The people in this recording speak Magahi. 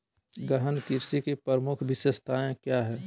गहन कृषि की प्रमुख विशेषताएं क्या है?